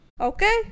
Okay